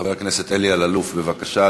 חבר הכנסת אלי אלאלוף, בבקשה.